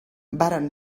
varen